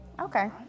okay